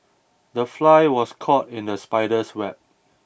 the fly was caught in the spider's web